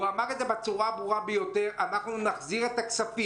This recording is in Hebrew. הוא אמר את זה בצורה הברורה ביותר: אנחנו נחזיר את הכספים.